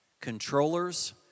Controllers